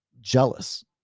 jealous